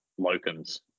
locums